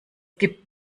gibt